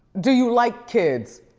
do you like kids?